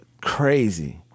crazy